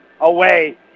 away